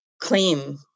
claim